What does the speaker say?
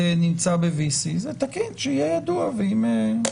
הקלון שבמעמד הזה של אותם הדיונים האלה,